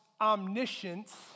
omniscience